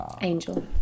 angel